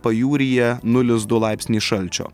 pajūryje nulis du laipsniai šalčio